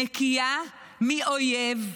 נקייה מאויב,